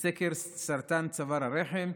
לסקר סרטן צוואר הרחם,